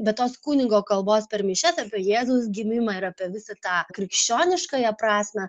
be tos kunigo kalbos per mišias apie jėzaus gimimą ir apie visą tą krikščioniškąja prasmę